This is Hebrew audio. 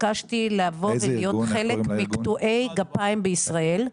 התבקשתי להיות חלק מקטועי הגפיים מישראל.